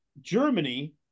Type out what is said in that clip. Germany